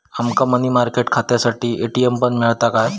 आमका money market खात्यासाठी ATM पण मिळता काय?